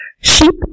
Sheep